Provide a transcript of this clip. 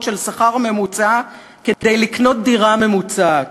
של שכר ממוצע כדי לקנות דירה ממוצעת,